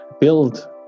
build